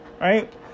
Right